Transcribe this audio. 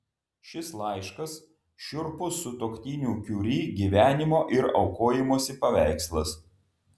šis laiškas šiurpus sutuoktinių kiuri gyvenimo ir aukojimosi paveikslas